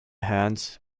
hand